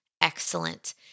excellent